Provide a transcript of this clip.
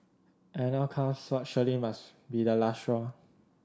and now comes what surely must be the last straw